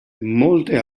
molte